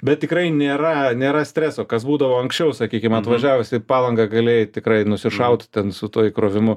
bet tikrai nėra nėra streso kas būdavo anksčiau sakykim atvažiavus į palangą galėjai tikrai nusišaut ten su tuo įkrovimu